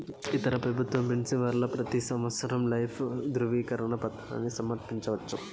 ఇతర పెబుత్వ పెన్సవర్లు పెతీ సంవత్సరం లైఫ్ దృవీకరన పత్రాని సమర్పించవచ్చు